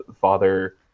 father